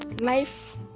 life